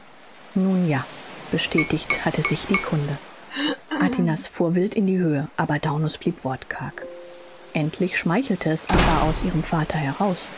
nun ja bestätigt hatte sich die kunde atinas fuhr wild in die höhe aber daunus blieb wortkarg endlich schmeichelte es acca aus ihrem vater heraus